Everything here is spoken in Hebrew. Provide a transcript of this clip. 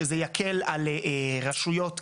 זה יקל על רשויות כאלה,